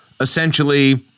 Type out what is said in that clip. essentially